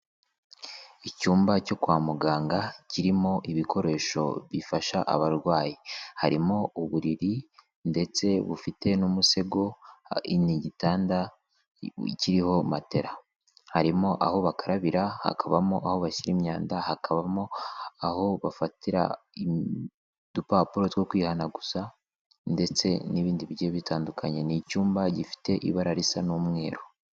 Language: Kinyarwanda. Icyumba cyo kwa muganga kirimo ibikoresho bifasha abarwayi. Harimo uburiri ndetse bufite n'umusego, n'igitanda kiriho matera, harimo aho bakarabira, hakabamo aho bashyira imyanda, hakabamo aho bafatira udupapuro two kwihanaguza, ndetse n'ibindi bigeye bitandukanye, ni icyumba gifite ibara risa n'umweru.